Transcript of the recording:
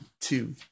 two